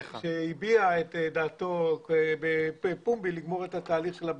שהביע את דעתו בפומבי לסיים את התהליך של הבדיקה.